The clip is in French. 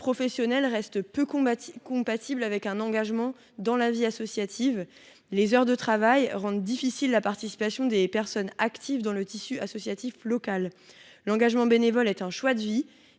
vie professionnelle reste peu compatible avec un engagement dans la vie associative. Les heures de travail rendent difficile la participation des personnes actives dans le tissu associatif local. L’engagement bénévole est un choix de vie